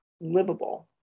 livable